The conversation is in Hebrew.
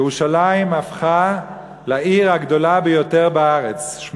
ירושלים הפכה לעיר הגדולה ביותר בארץ,